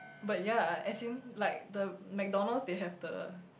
but ya as in like the McDonalds they have the